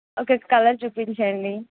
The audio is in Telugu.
ఓకే కలర్ చూపించండి